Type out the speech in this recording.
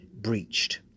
breached